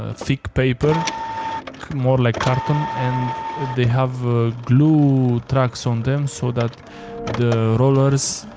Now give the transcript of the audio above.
ah thick paper more like carton and they have glue tracks on them so that the rollers